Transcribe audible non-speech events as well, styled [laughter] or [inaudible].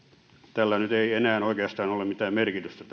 tällä energiatodistuksella nyt ei enää oikeastaan ole mitään merkitystä [unintelligible]